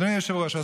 אדוני היושב-ראש,